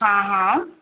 हा हा